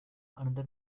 another